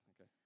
Okay